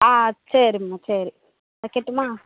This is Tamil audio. ஆ சரிம்மா சரி வைக்கட்டும்மா